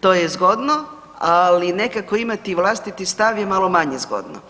to je zgodno, ali nekako imati vlastiti stav je malo manje zgodno.